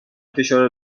فشار